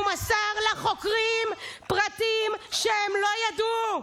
הוא מסר לחוקרים פרטים שהם לא ידעו.